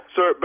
Sir